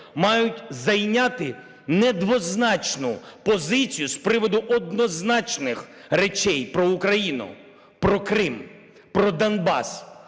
мають зайняти недвозначну позицію з приводу однозначних речей про Україну, про Крим, про Донбас,